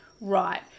right